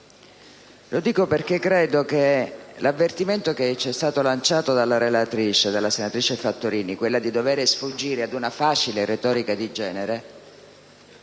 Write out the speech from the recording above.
Lo dico perché credo che l'avvertimento lanciato dalla relatrice, senatrice Fattorini, di dover sfuggire ad una facile retorica di genere,